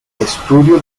estudio